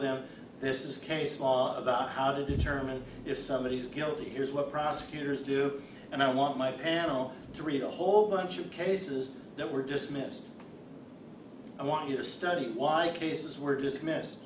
them this is case law about how to determine if somebody is guilty here's what prosecutors do and i want my panel to read a whole bunch of cases that were dismissed i want you to study why cases were dismissed